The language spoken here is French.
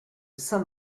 saint